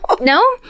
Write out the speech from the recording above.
No